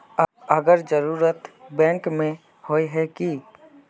अगर जरूरत बैंक में होय है की?